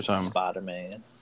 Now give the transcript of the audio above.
Spider-Man